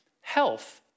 health